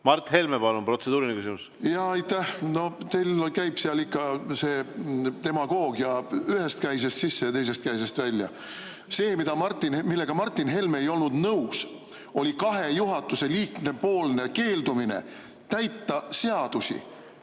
Mart Helme, palun, protseduuriline küsimus! Aitäh! No teil käib see demagoogia ikka ühest käisest sisse ja teisest käisest välja. See, millega Martin Helme ei olnud nõus, oli kahe juhatuse liikme keeldumine täita seadusi.